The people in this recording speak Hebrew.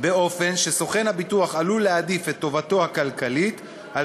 באופן שסוכן הביטוח עלול להעדיף את טובתו הכלכלית על